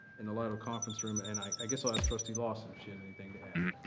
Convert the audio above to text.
in the lytle conference room, and i guess i'll ask trustee lawson if she has anything to add.